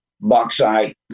bauxite